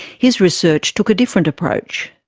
his research took a different approach.